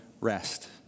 rest